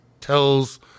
tells